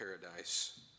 paradise